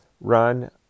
run